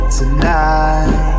tonight